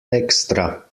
extra